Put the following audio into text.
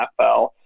NFL